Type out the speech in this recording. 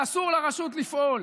שאסור לרשות לפעול